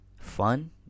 Fun